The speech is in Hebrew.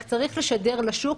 רק צריך לשדר לשוק